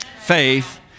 Faith